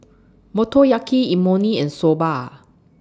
Motoyaki Imoni and Soba